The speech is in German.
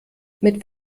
mit